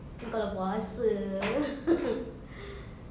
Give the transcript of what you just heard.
ini kalau puasa